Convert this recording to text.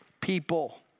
people